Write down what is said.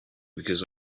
because